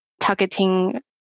targeting